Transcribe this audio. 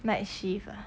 night shift ah